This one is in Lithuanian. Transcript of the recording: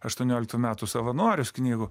aštuonioliktų metų savanorius knygų